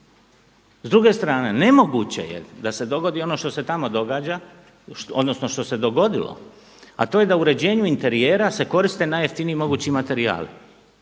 S druge strane, nemoguće je da se dogodi ono što se tamo događa, odnosno što se dogodilo, a to je da u uređenju interijera se koriste najjeftiniji mogući materijali.